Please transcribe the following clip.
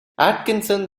atkinson